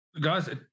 Guys